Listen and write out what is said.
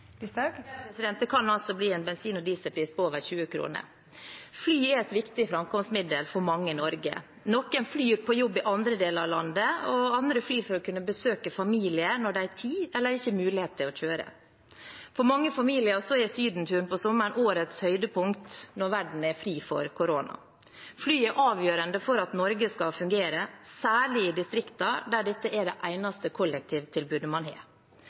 Det kan altså bli en bensin- og dieselpris på over 20 kr literen. Flyet er et viktig framkomstmiddel for mange i Norge. Noen flyr til jobb i andre deler av landet, andre flyr for å kunne besøke familie når de har tid, eller når de ikke har mulighet til å kjøre. For mange familier er sydenturen om sommeren årets høydepunkt – når verden er fri for korona. Flyet er avgjørende for at Norge skal fungere, særlig i distriktene der dette er det eneste kollektivtilbudet man har.